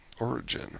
origin